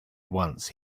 once